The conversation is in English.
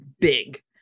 big